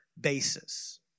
basis